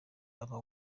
aba